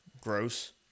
gross